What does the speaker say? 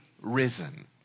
risen